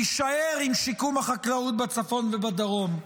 תישאר עם שיקום החקלאות בצפון ובדרום.